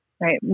right